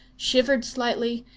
shivered slightly,